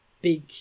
big